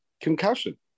concussion